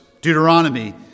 Deuteronomy